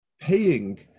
paying